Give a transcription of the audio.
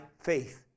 faith